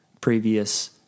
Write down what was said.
previous